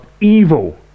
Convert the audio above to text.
evil